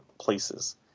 places